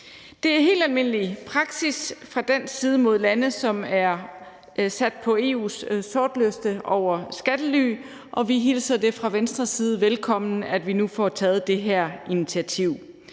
Det er helt almindelig praksis fra dansk side mod lande, som er sat på EU's sortliste over skattely, og vi hilser det fra Venstres side velkommen, at vi nu får taget det her initiativ.